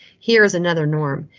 here is another norm.